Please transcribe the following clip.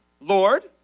Lord